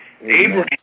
Abraham